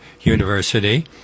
University